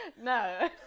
No